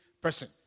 person